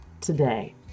today